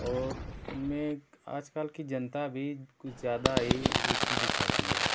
और उनमें आजकल की जनता भी कुछ ज़्यादा ही रुचि दिखाती है